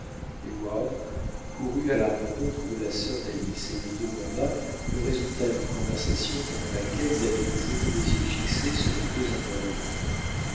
heyward courut à la rencontre de la sœur d'alice et lui demanda le résultat d'une conversation pendant laquelle il avait toujours eu les yeux fixés sur les deux interlocuteurs